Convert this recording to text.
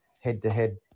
head-to-head